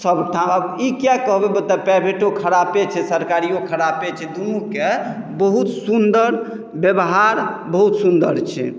सभठाम आब ई किया कहबै मतलब प्राइवेटो खराबे छै सरकारियो खराबे छै दुनूके बहुत सुन्दर व्यवहार बहुत सुन्दर छै